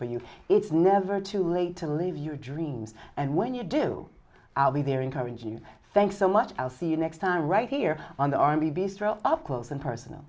for you it's never too late to live your dreams and when you do i'll be there encouraging thanks so much i'll see you next time right here on the army base trail up close and personal